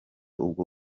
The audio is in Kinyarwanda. ubwo